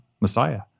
Messiah